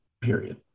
period